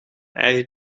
eigen